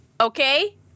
okay